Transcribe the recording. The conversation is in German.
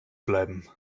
bleiben